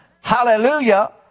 Hallelujah